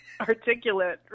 articulate